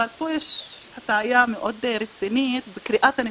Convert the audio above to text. אבל פה יש הטעיה מאוד רצינית בקריאת הנתונים,